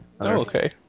okay